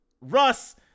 Russ